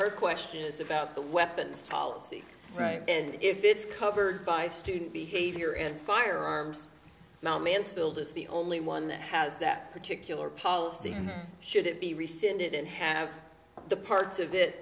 her question is about the weapons policy right and if it's covered by student behavior and firearms now mansfield is the only one that has that particular policy and should it be rescinded and have the parts of it